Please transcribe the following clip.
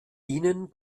ihnen